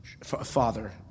father